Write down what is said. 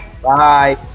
Bye